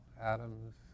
atoms